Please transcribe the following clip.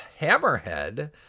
Hammerhead